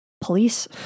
police